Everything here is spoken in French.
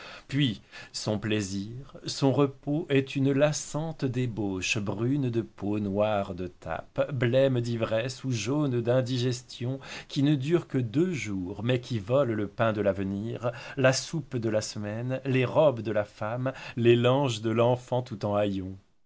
puis son plaisir son repos est une lassante débauche brune de peau noire de tapes blême d'ivresse ou jaune d'indigestion qui ne dure que deux jours mais qui vole le pain de l'avenir la soupe de la semaine les robes de la femme les langes de l'enfant tous en